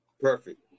perfect